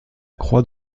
croix